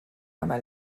عمل